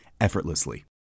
effortlessly